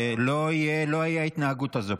לא תהיה ההתנהגות הזאת פה.